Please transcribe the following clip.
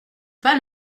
pas